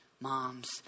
moms